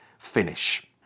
finish